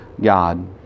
God